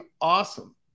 awesome